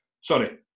sorry